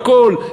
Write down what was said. עם הכול,